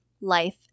life